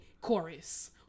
chorus